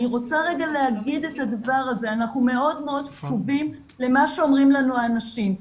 אנחנו מאוד מאוד קשובים למה שאומרים לנו האנשים,